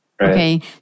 Okay